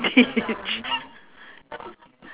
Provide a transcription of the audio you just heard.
teach